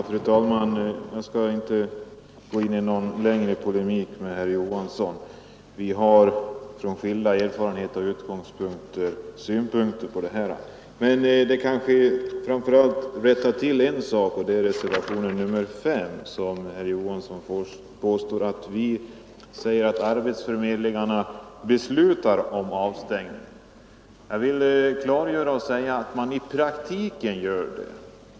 Fru talman! Jag skall inte gå in i någon längre polemik med herr Johansson i Simrishamn. Vi har genom skilda erfarenheter olika synpunkter på denna fråga. Jag vill framför allt rätta till en sak beträffande reservationen 5, där herr Johansson påstår att vi säger att arbetsförmedlingarna beslutar om avstängning. Jag vill framhålla att de i praktiken gör det.